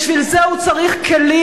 בשביל זה הוא צריך כלים,